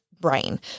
brain